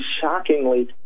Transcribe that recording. shockingly